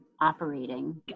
operating